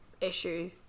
issue